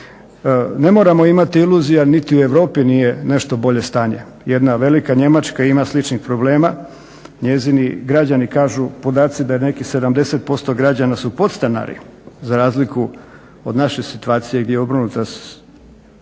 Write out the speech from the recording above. Ne moramo imati iluzija, niti u Europi nije nešto bolje stanje. Jedna velika Njemačka ima sličnih problema. Njezini građani kažu, podaci da je nekih 70% građana su podstanari za razliku od naše situacije gdje je obrnuta,